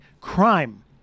Crime